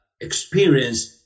experience